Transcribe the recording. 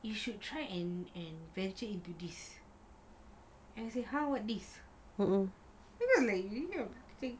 you should try and and venture into this and I say !huh! what's this then I'm like !huh!